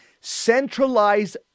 centralized